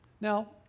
Now